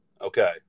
Okay